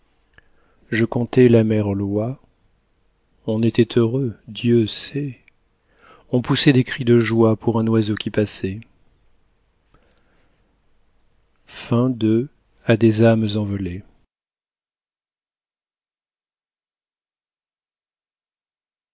je contais la mère l'oie on était heureux dieu sait on poussait des cris de joie pour un oiseau qui passait